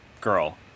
girl